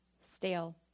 stale